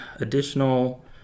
additional